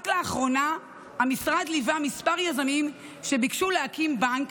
רק לאחרונה המשרד ליווה כמה יזמים שביקשו להקים בנק,